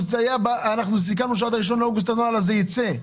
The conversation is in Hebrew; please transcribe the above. אנחנו סיכמנו שעד ה-1 באוגוסט הנוהל הזה ייצא,